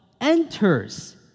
enters